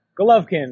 Golovkin